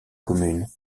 commune